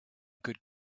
could